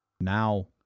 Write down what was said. now